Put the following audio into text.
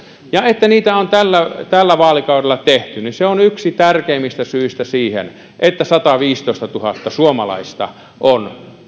se että niitä on tällä tällä vaalikaudella tehty on yksi tärkeimmistä syistä siihen että sataviisitoistatuhatta suomalaista enemmän on